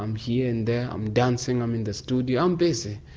i'm here and there, i'm dancing, i'm in the studio, i'm busy.